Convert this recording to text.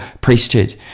priesthood